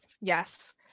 Yes